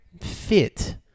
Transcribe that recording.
fit